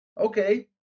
okay